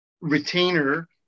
retainer